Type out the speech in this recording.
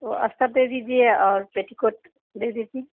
तो अस्तर दे दीजिए और पेटीकोट दे दीजिए